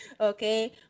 Okay